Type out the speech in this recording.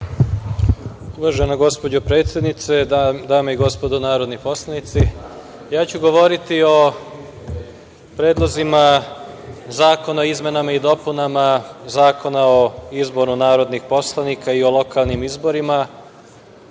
Uvažena gospođo predsednice, dame i gospodo narodni poslanici, ja ću govoriti o predlozima zakona o izmenama i dopunama Zakona o izboru narodnih poslanika i o lokalnim izborima,